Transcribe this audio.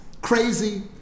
crazy